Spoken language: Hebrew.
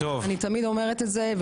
אני תמיד אומרת את זה.